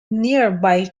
nearby